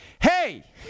hey